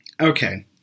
Okay